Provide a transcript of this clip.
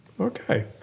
Okay